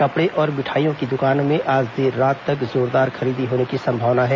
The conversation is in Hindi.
कपड़े और मिठाइयों की दुकानों में आज देर रात तक जोरदार खरीदारी होने की संभावना है